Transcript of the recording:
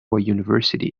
university